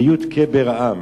ביו"ד ק"א בראם.